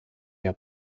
der